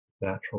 natural